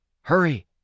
Hurry